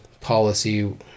policy